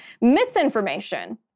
Misinformation